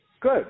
Good